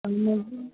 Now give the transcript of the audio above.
समुझो